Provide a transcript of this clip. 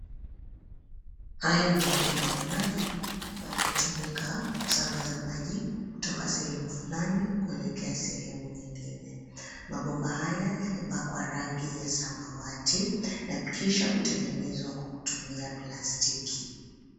Haya ni mabomba ya maji ambayo hutumika kusambaza maji kutoka sehemu fulani kuelekea sehemu nyingine. Mabomba haya yamepekwa rangi ya samawati na kisha kutengenezwa kutumia plastiki.